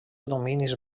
dominis